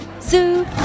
Zoo